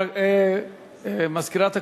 מזכירת הכנסת,